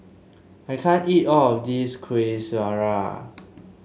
I can't eat all of this Kuih Syara